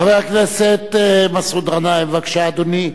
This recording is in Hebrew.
חבר הכנסת מסעוד גנאים, בבקשה, אדוני.